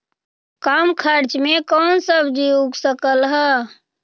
कम खर्च मे कौन सब्जी उग सकल ह?